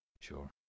Sure